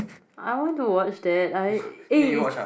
I want to watch that I eh is